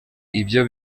ibyo